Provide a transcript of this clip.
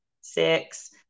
six